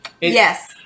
yes